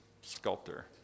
Sculptor